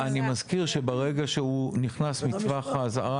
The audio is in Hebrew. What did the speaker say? אבל אני מזכיר שברגע שהוא נכנס מטווח האזהרה